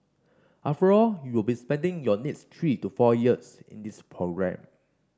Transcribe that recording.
after all you will be spending your next three to four years in this programme